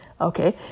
Okay